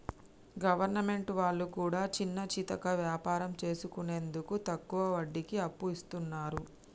government వాళ్లు కూడా చిన్నాచితక వ్యాపారం చేసుకునేందుకు తక్కువ వడ్డీకి అప్పు ఇస్తున్నరు